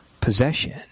possession